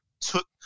took